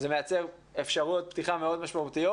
זה מייצר אפשרויות פתיחה מאוד משמעותיות.